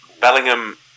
Bellingham